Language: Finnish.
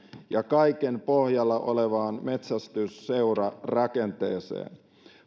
ja kaiken pohjalla olevaan metsästysseurarakenteeseen